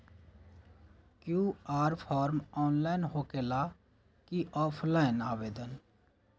QR form online होकेला कि offline आवेदन?